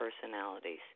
personalities